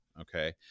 Okay